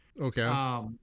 Okay